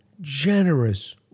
generous